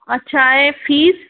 अच्छा ऐं फीस